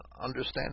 understand